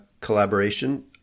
collaboration